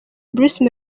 bruce